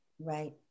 Right